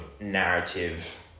narrative